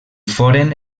foren